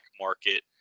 market